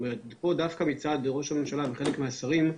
דווקא מצד ראש הממשלה וחלק מהשרים,